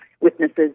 witnesses